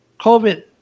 COVID